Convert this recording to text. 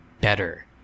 better